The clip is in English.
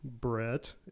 Brett